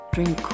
Drink